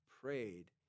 prayed